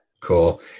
Cool